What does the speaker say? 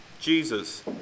Jesus